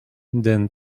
than